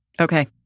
Okay